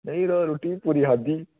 नेईं यरो रुट्टी बी पूरी खाद्धी